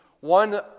one